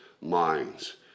minds